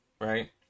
right